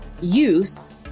use